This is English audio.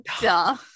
Duh